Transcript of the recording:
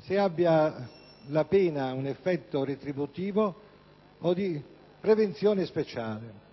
se la pena abbia un effetto retributivo o di prevenzione speciale.